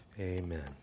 Amen